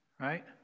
right